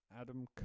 Adam